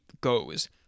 goes